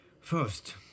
First